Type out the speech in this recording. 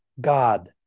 God